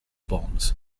bombs